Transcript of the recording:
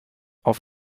auf